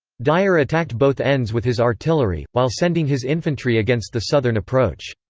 dyer attacked both ends with his artillery, while sending his infantry against the southern approach.